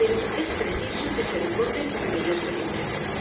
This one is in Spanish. pero es preciso que se desborde para que yo esté contento sea